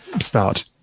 start